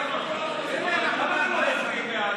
לא נתקבלה.